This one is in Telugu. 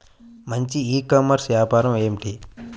మంచి ఈ కామర్స్ వ్యాపారం ఏమిటీ?